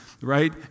right